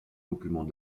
documents